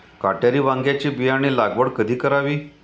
काटेरी वांग्याची बियाणे लागवड कधी करावी?